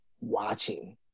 watching